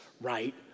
right